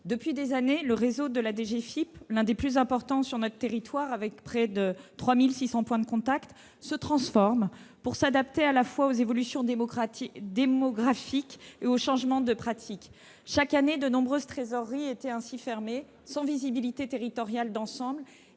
Depuis des années, le réseau de la DGFiP- l'un des plus importants de notre territoire avec près de 3 600 points de contact -se transforme pour s'adapter à la fois aux évolutions démographiques et aux changements de pratique. Chaque année, de nombreuses trésoreries étaient ainsi fermées, sans visibilité territoriale d'ensemble